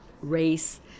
race